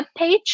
webpage